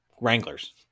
Wranglers